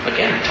Again